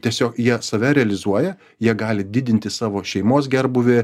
tiesiog jie save realizuoja jie gali didinti savo šeimos gerbūvį